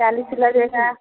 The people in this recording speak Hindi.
चालीस लगेगा